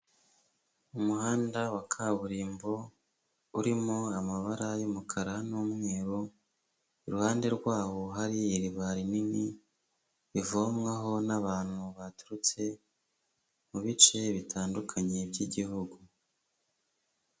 Umuhanda wa kaburimbo urimo amabara y'umukara n'umweru, iruhande rwaho hari iriba rinini rivomwaho n'abantu baturutse mu bice bitandukanye by'igihugu.